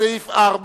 ההסתייגות לסעיף 4